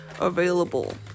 available